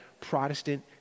Protestant